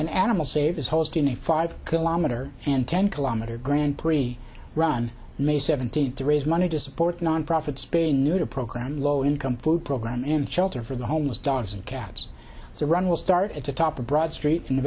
and animal save is hosting a five kilometer and ten kilometer grand prix run may seventeenth to raise money to support a nonprofit spay neuter program low income food program and shelter for the homeless dogs and cats so run will start at the top of broad street